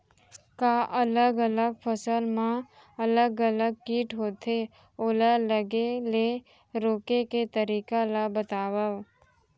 का अलग अलग फसल मा अलग अलग किट होथे, ओला लगे ले रोके के तरीका ला बतावव?